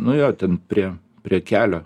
nu jo ten prie prie kelio